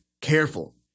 careful